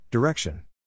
Direction